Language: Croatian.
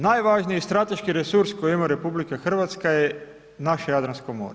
Najvažniji strateški resurs koji ima RH je naše Jadransko more.